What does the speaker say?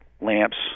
lamps